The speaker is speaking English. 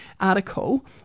article